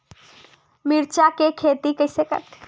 मिरचा के खेती कइसे करथे?